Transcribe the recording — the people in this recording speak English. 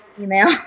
Email